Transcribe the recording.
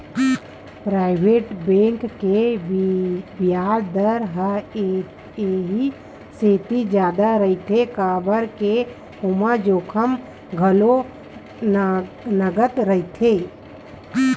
private bank के बियाज दर ह इहि सेती जादा रहिथे काबर के ओमा जोखिम घलो नँगत रहिथे